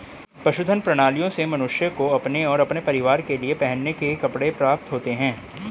पशुधन प्रणालियों से मनुष्य को अपने और अपने परिवार के लिए पहनने के कपड़े प्राप्त होते हैं